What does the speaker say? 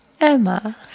Emma